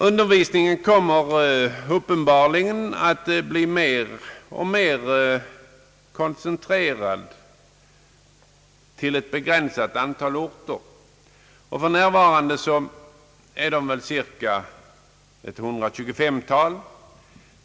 Undervisningen kommer uppenbarligen att bli mer och mer koncentrerad till ett begränsat antal orter; för närvarande är de cirka 125.